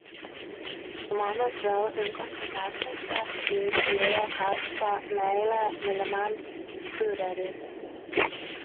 žmonės vėl rinkosi gatvėse ir liejo karštą meilę mylimam fiureriui